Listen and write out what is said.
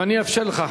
ואני אאפשר לך,